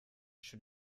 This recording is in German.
schon